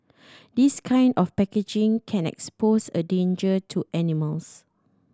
this kind of packaging can expose a danger to animals